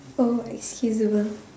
oh excusable